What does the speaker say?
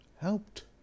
helped